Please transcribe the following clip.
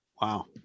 Wow